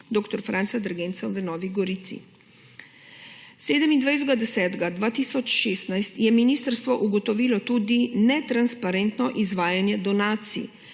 dr. Franca Derganca v Novi Gorici. 27. 10. 2016 je ministrstvo ugotovilo tudi netransparentno izvajanje donacij,